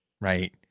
right